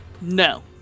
No